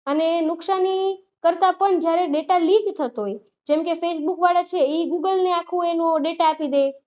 અને એ નુકસાની કરતાં પણ જયારે ડેટા લીક થતો હોય જેમ કે ફેસબુકવાળા છે એ ગૂગલને આખું એનો ડેટા આપી દે